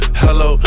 hello